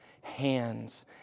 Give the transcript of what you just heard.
hands